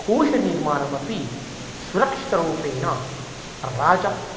कोशनिर्माणमपि सुरक्षितरूपेण राजा